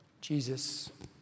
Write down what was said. Jesus